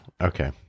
Okay